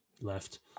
left